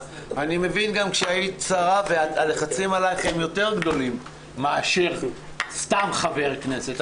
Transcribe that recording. אני גם מבין שהיית שרה והלחצים עלייך הם יותר גדולים מאשר סתם חבר כנסת.